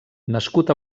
nascut